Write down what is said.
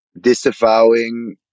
disavowing